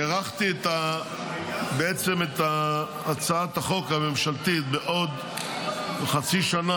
הארכתי את הצעת החוק הממשלתית בעוד חצי שנה,